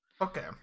Okay